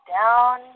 down